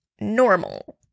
normal